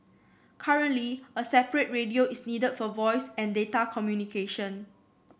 currently a separate radio is needed for voice and data communication